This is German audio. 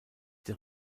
der